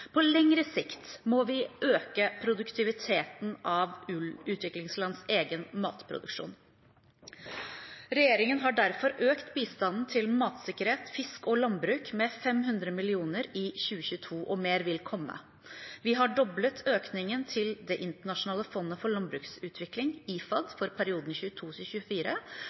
På lengre sikt må vi øke produktiviteten av utviklingslands egen matproduksjon. Regjeringen har derfor økt bistanden til matsikkerhet, fisk og landbruk med 500 mill. kr i 2022, og mer vil komme. Vi har doblet økningen til Det internasjonale fondet for landbruksutvikling, IFAD, for perioden